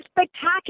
spectacular